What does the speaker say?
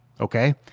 okay